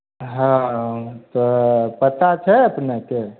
हँ हँ तऽ पता छै अपनेकेँ